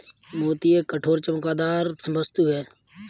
मोती एक कठोर, चमकदार वस्तु है